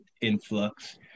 influx